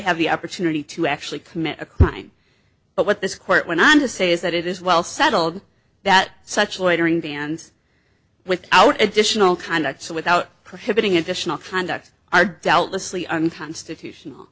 have the opportunity to actually commit a crime but what this court went on to say is that it is well settled that such loitering vans without additional conduct so without prohibiting additional conduct are doubtlessly unconstitutional